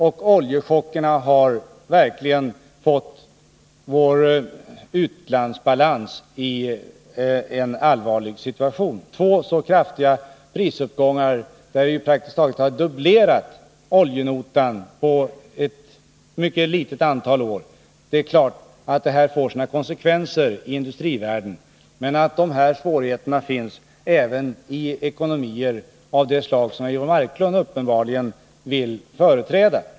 Oljechockerna har verkligen fått vår utlandsbalans i en allvarlig situation. Vi 59 har haft två kraftiga prisuppgångar, som praktiskt taget dubblerar oljenotan på ett mycket litet antal år. Det är klart att detta får konsekvenser för industrivärlden. Men dessa svårigheter finns även i ekonomier av det slag som Eivor Marklund uppenbarligen vill förespråka.